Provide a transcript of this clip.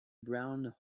brown